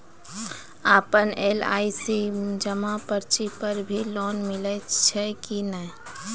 आपन एल.आई.सी जमा पर्ची पर भी लोन मिलै छै कि नै?